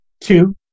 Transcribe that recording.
Two